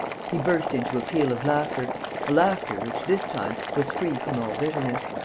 he burst into a peal of laughter, a laughter which, this time, was free from all bitterness.